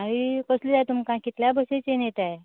हयी कसली जाय तुमकां कितल्या बाशेन चेन येताय